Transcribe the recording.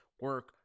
Work